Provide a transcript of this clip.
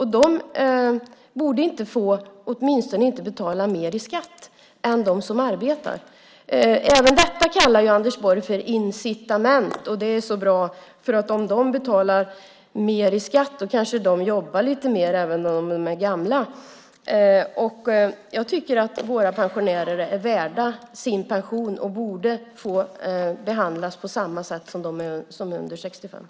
De borde åtminstone inte behöva betala mer i skatt än de som arbetar. Detta kallar Anders Borg för incitament. Det är så bra, för om de betalar mer i skatt kanske de i stället jobbar lite mer även om de är gamla. Jag tycker att våra pensionärer är värda sin pension och borde behandlas på samma sätt som de som är under 65 år.